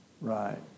Right